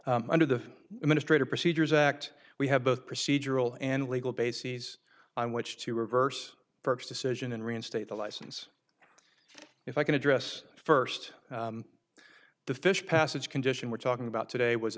under the administrative procedures act we have both procedural and legal bases on which to reverse decision and reinstate the license if i can address first the fish passage condition we're talking about today was